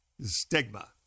stigma